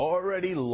Already